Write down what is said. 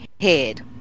head